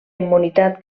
immunitat